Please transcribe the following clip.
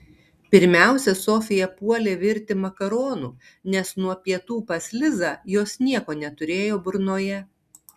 pirmiausia sofija puolė virti makaronų nes nuo pietų pas lizą jos nieko neturėjo burnoje